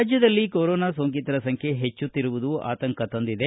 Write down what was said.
ರಾಜ್ಯದಲ್ಲಿ ಕೊರೊನಾ ಸೋಂಕಿತರ ಸಂಖ್ಯೆ ಹೆಚ್ಚುತ್ತಿರುವುದು ಆತಂಕ ತಂದಿದೆ